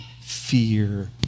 fear